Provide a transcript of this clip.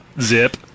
Zip